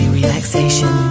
relaxation